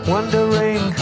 Wondering